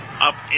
up